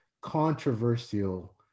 controversial